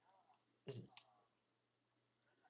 mm